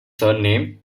surname